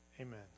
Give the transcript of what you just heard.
Amen